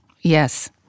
Yes